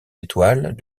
étoiles